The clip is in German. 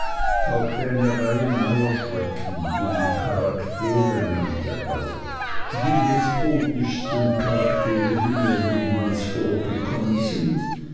tauchte eine reihe neuer schrecken die man charaktere nannte auf die despotischsten charaktere die mir jemals vorgekommen sind